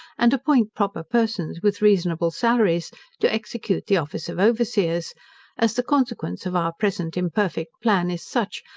and appoint proper persons with reasonable salaries to execute the office of overseers as the consequence of our present imperfect plan is such,